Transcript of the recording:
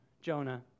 Jonah